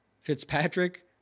fitzpatrick